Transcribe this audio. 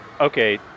Okay